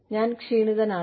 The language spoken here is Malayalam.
ഞാൻ ക്ഷീണിതനാണ്